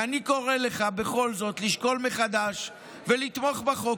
ואני קורא לך בכל זאת לשקול מחדש לתמוך בחוק